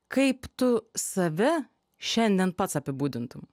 kaip tu save šiandien pats apibūdintum